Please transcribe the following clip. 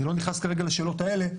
אני לא נכנס כרגע לשאלות האלה,